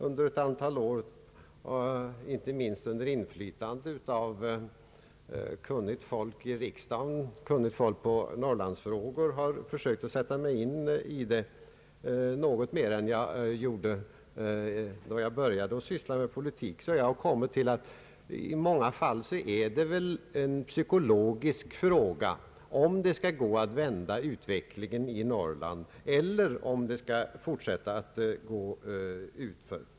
Under ett antal år har jag, inte minst under inflytande av kun nigt folk i riksdagen och kunnigt folk i norrlandsfrågor, försökt sätta mig in i detta något mer än vad jag gjorde när jag började syssla med politik. Jag har därvid kommit fram till att i många fall är det en psykologisk fråga om det skall vara möjligt att vända utvecklingen i Norrland eller om det skall fortsätta att gå utför.